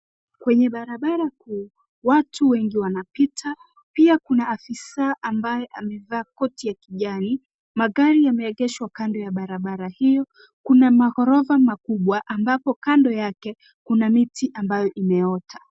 Kwenye barabara kuu watu wengi wanapita, pia kuna afisa ambaye amevaa koti ya kijani. magari yameegeshwa kando ya barabara hii, kuna maghorofa makubwa ambapo kando yake kuna miti ambayo imeota